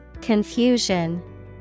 Confusion